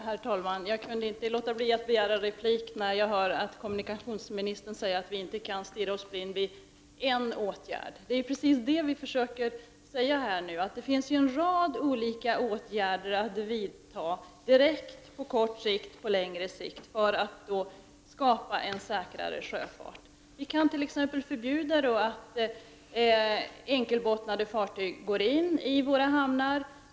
Herr talman! Jag kunde inte låta bli att begära ordet igen när jag hör att kommunikationsministern säger att vi inte skall stirra oss blinda på en åtgärd. Vad vi försöker säga är att det finns en rad olika åtgärder att vidta direkt, på kort sikt, och på längre sikt för att skapa en säkrare sjöfart. Vi kan t.ex. förbjuda att enkelbottnade fartyg går in i våra hamnar.